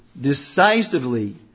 decisively